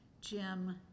Jim